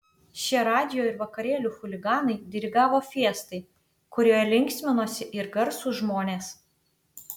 šie radijo ir vakarėlių chuliganai dirigavo fiestai kurioje linksminosi ir garsūs žmonės